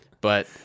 But-